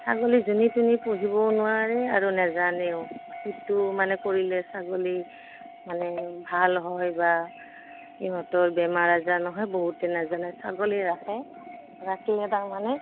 ছাগলী যুনি তুনি পুহিবও নোৱাৰে আৰু নাজানেও কিটো মানে কৰিলে ছাগলী মানে ভাল হয় বা ইহঁতৰ বেমাৰ আজাৰ নহয় বহুতে নাজানে ছাগলী ৰাখে ৰাখিলে তাক মানে